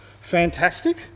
fantastic